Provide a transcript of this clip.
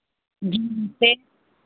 जी नमस्ते